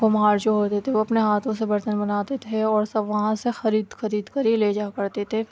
کمہار جو ہوتے تھے وہ اپنے ہاتھوں سے برتن بناتے تھے اور سب وہاں سے خرید خرید کر ہی لے جایا کرتے تھے